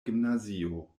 gimnazio